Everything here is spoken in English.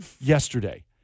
yesterday